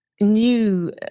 new